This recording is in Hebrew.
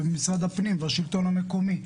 וזה משרד הפנים והשלטון המקומי,